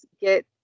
get